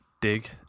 Dig